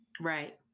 Right